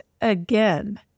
again